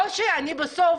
או שאני בסוף